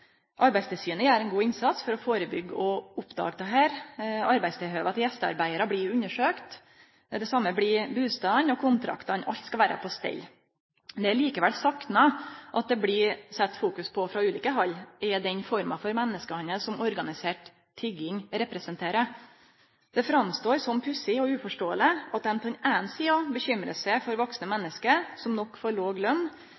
Arbeidstilsynet gjer ein god innsats for å førebyggje og oppdage dette. Arbeidstilhøva til gjestearbeidarar blir undersøkte. Det same blir bustadene og kontraktane. Alt skal vere på stell. Det eg likevel saknar at det blir fokusert på frå ulike hald, er den forma for menneskehandel som organisert tigging representerer. Det framstår som pussig og uforståeleg at dei på den eine sida bekymrar seg for vaksne menneske, som nok får låg lønn,